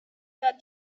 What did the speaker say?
that